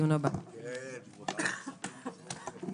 09:00.